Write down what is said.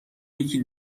یکی